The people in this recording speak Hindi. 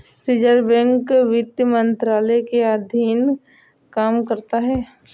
रिज़र्व बैंक वित्त मंत्रालय के अधीन काम करता है